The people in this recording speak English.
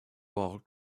while